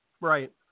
Right